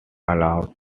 allowed